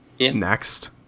Next